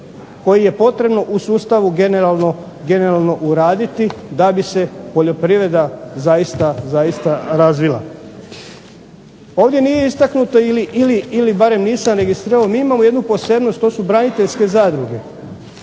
koji je potrebno u sustavu generalno uraditi da bi se poljoprivreda zaista razvila. Ovdje nije istaknuto ili barem nisam registrirao, mi imamo jednu posebnost, to su braniteljske zadruge.